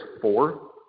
four